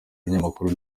ibinyamakuru